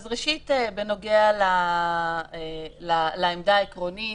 ראשית בנוגע לעמדה העקרונית,